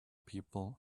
people